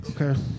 Okay